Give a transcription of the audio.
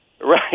right